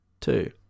Two